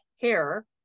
hair